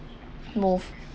move